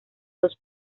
dos